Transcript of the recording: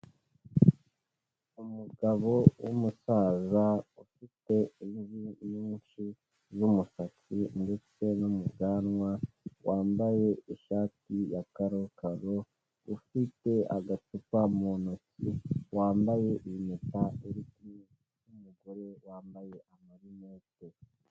Umugabo w'umusaza ufite imvi nyinshi z'umusatsi ndetse no mu bwanwa, wambaye ishati ya karokaro ufite agacupa mu ntoki, wambaye impeta, uri kumwe n'umugore wambaye amarinete.